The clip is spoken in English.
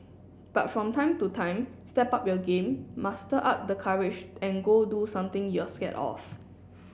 but from time to time step up your game muster up the courage and go do something you're scared of